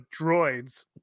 droids